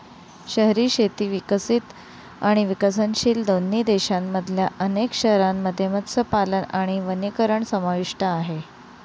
शहरी शेती विकसित आणि विकसनशील दोन्ही देशांमधल्या अनेक शहरांमध्ये मत्स्यपालन आणि वनीकरण समाविष्ट आहे